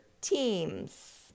teams